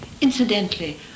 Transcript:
Incidentally